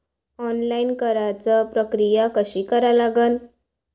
Online कराच प्रक्रिया कशी करा लागन?